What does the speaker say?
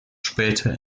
später